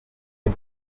red